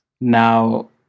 now